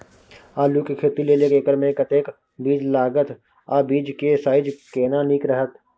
आलू के खेती लेल एक एकर मे कतेक बीज लागत आ बीज के साइज केना नीक रहत?